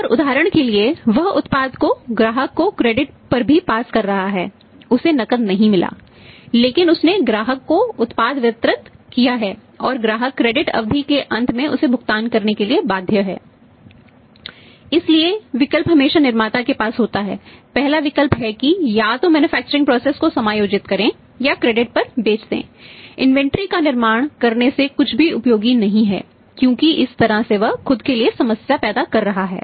और उदाहरण के लिए वह उत्पाद को ग्राहक को क्रेडिट का निर्माण करने से कुछ भी उपयोगी नहीं है क्योंकि इस तरह से वह खुद के लिए समस्या पैदा कर रहा है